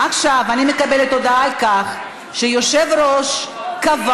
עכשיו אני מקבלת הודעה שהיושב-ראש קבע